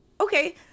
Okay